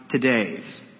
today's